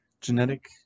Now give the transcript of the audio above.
genetic